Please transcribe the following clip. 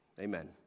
Amen